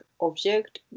object